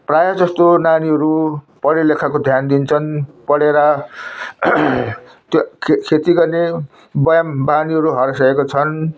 प्रायः जस्तो नानीहरू पढे लेखेको ध्यान दिन्छन् पढेर त्यो खेती गर्ने व्यायाम बानीहरू हराइसकेका छन्